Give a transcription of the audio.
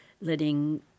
letting